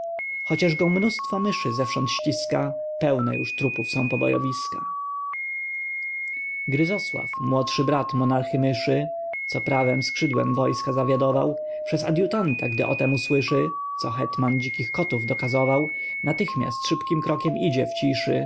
chociaż go mnóstwo myszy zewsząd ściska pełne już trupów są pobojowiska gryzosław młodszy brat monarchy myszy co prawym skrzydłem wojska zawiadował przez adjutanta gdy o tem usłyszy co hetman dzikich kotów dokazował natychmiast szybkim krokiem idzie w ciszy